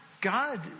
God